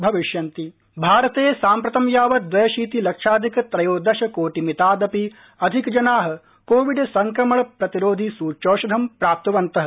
सूच्यौषधीकरण भारते साम्प्रतं यावत द्वयशीति लक्षाधिक त्रयोदश कोटिमितादपि अधिकजनाः कोविड संक्रमण प्रतिरोधि सच्यौषधं प्राप्तवन्तः